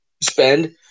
spend